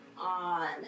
on